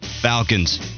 Falcons